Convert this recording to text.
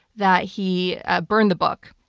that he burned the book.